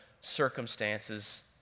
circumstances